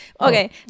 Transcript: Okay